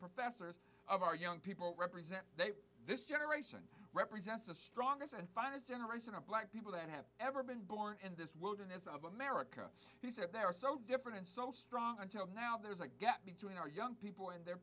professors of our young people represent they this generation represents the strongest and finest generation of black people that have ever been born in this wilderness of america he said they are so different and so strong until now there is a gap between our young people and their